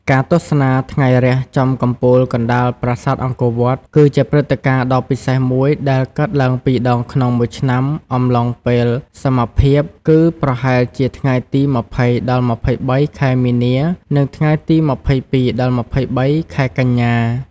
ការទស្សនាថ្ងៃរះចំកំពូលកណ្តាលប្រាសាទអង្គរវត្ត គឺជាព្រឹត្តិការណ៍ដ៏ពិសេសមួយដែលកើតឡើងពីរដងក្នុងមួយឆ្នាំអំឡុងពេលសមភាព គឺប្រហែលជាថ្ងៃទី ២០ ដល់ ២៣ ខែមីនា និងថ្ងៃទី ២២ ដល់ ២៣ ខែកញ្ញា។